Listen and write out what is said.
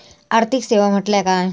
आर्थिक सेवा म्हटल्या काय?